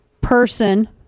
person